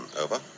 over